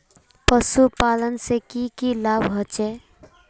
पशुपालन से की की लाभ होचे?